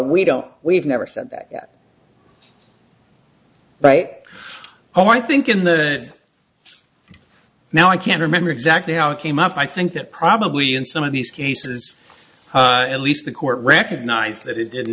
don't we've never said that but oh i think in the now i can't remember exactly how it came up i think that probably in some of these cases at least the court recognised that it did